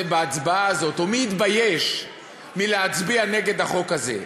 בהצבעה הזאת או מי יתבייש מלהצביע נגד החוק הזה.